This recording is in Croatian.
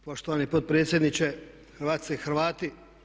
Poštovani potpredsjedniče, Hrvatice i Hrvati.